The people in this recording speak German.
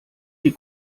die